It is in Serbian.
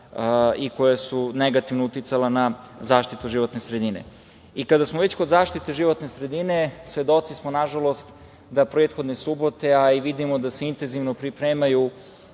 i koja se negativno uticala na zaštitu životne sredine. Kada smo već kod zaštite životne sredine svedoci smo na žalost da prethodne subote, a i vidimo da se intenzivno pripremaju